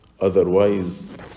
Otherwise